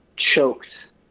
choked